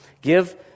Give